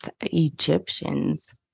Egyptians